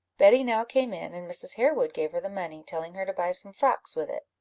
betty now came in, and mrs. harewood gave her the money, telling her to buy some frocks with it.